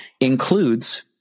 includes